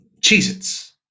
Cheez-Its